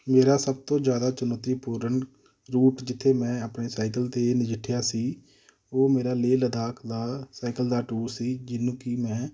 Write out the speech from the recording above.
ਮੇਰਾ ਸਭ ਤੋਂ ਜ਼ਿਆਦਾ ਚੁਣੌਤੀਪੂਰਨ ਰੂਟ ਜਿੱਥੇ ਮੈਂ ਆਪਣੇ ਸਾਈਕਲ 'ਤੇ ਨਜਿੱਠਿਆ ਸੀ ਉਹ ਮੇਰਾ ਲੇਹ ਲਦਾਖ ਦਾ ਸਾਈਕਲ ਦਾ ਟੂਰ ਸੀ ਜਿਹਨੂੰ ਕਿ ਮੈਂ